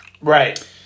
Right